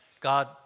God